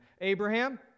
Abraham